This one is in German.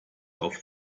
auf